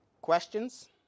questions